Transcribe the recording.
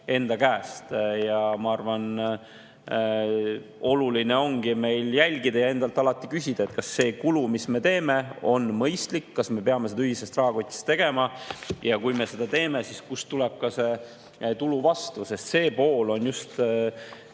endi käest. Ma arvan, et oluline on jälgida ja endalt alati küsida, kas see kulu, mis me teeme, on mõistlik, kas me peame seda ühisest rahakotist tegema, ja kui me seda teeme, siis kust tuleb [selle jaoks tulu]. See pool on pikkade